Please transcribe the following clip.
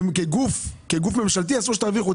כגוף ממשלתי אסור שתרוויחו.